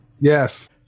yes